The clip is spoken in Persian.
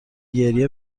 گریه